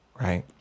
right